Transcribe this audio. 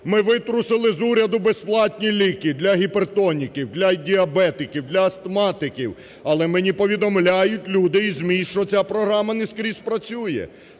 Ми витрусили з уряду безплатні ліки для гіпертоніків, для діабетиків, для астматиків. Але мені повідомляють люди і ЗМІ, що ця програма не скрізь працює!